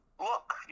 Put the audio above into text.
look